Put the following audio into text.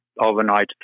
overnight